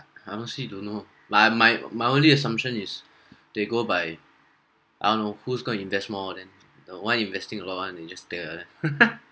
I honestly don't know but my my only assumption is they go by I don't know who's going invest more then the one investing a lot one they just take like that